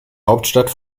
hauptstadt